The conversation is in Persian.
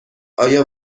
آیا